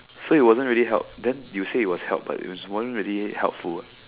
so it wasn't really help then you said it was help but it wasn't really helpful ah